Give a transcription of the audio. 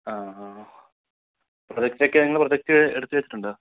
project ഒക്കെ നിങ്ങളെ project എടുത്ത് വച്ചിട്ടുണ്ടൊ